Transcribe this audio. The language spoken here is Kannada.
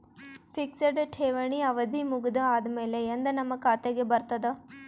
ಫಿಕ್ಸೆಡ್ ಠೇವಣಿ ಅವಧಿ ಮುಗದ ಆದಮೇಲೆ ಎಂದ ನಮ್ಮ ಖಾತೆಗೆ ಬರತದ?